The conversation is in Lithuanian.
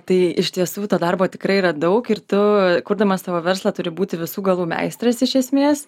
tai iš tiesų to darbo tikrai yra daug ir tu kurdamas savo verslą turi būti visų galų meistras iš esmės